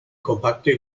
kompakte